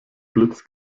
blitz